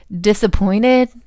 disappointed